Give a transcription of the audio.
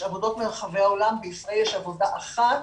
יש עבודות מרחבי העולם, בישראל יש עבודה אחת,